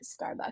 Starbucks